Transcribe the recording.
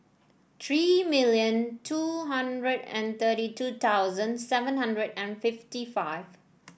three million two hundred and thirty two thousand seven hundred and fifty five